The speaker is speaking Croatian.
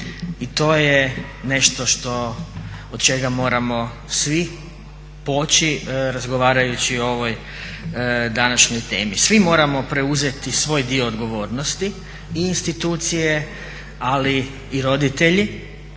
i to je nešto što od čega moramo svi poći razgovarajući o ovoj današnjoj temi. Svi moramo preuzeti svoj dio odgovornosti i institucije ali i roditelji